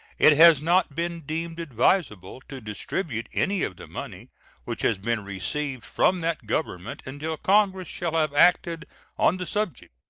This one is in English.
it has not been deemed advisable to distribute any of the money which has been received from that government until congress shall have acted on the subject.